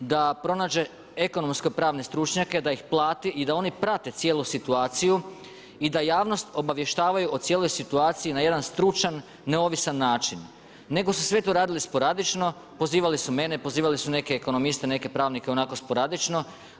da pronađe ekonomske pravne stručnjake da ih plati i da oni prate cijelu situaciju i da javnost obavještavaju o cijeloj situaciji na jedan stručan neovisan način, nego su sve to radili sporadično, pozivali su mene, pozivali su neke ekonomiste, neke pravnike onako sporadično.